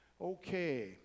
okay